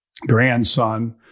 grandson